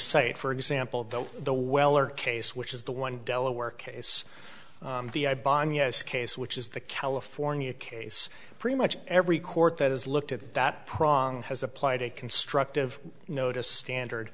cite for example that the weller case which is the one delaware case the i bomb yes case which is the california case pretty much every court that has looked at that prong has applied a constructive notice standard